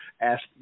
ask